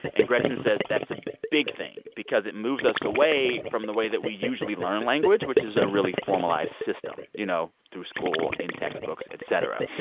and gretchen says that's a big thing because it moves us away from the way that we usually learn language, which is a really formalized system, you know, through school, in textbooks, et cetera.